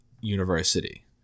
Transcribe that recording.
university